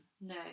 No